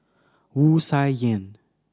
Wu Tsai Yen